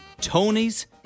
Tony's